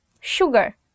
sugar